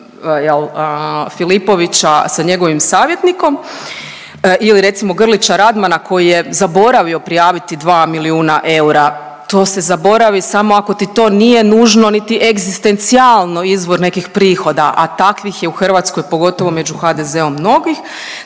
Filipovića sa njegovim savjetnikom ili recimo Grlića Radmana koji je zaboravio prijaviti 2 milijuna eura, to se zaboravi samo ako ti to nije nužno niti egzistencijalno izvor nekih prihoda, a takvih je u Hrvatskoj pogotovo među HDZ-om mnogih.